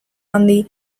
handi